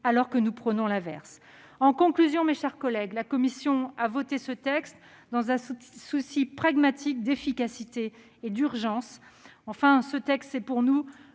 ! Nous prônons l'inverse. En conclusion, mes chers collègues, la commission a voté ce texte dans un souci pragmatique d'efficacité et d'urgence. Ce projet de loi est